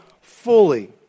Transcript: fully